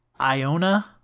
Iona